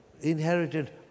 inherited